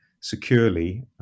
securely